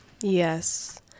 Yes